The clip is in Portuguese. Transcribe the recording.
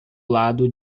lado